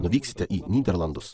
nuvyksite į nyderlandus